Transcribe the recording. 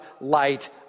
light